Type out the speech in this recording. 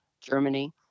Germany